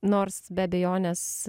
nors be abejonės